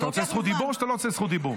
אתה רוצה זכות דיבור או שאתה לא רוצה זכות דיבור?